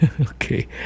Okay